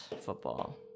football